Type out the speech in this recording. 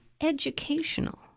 educational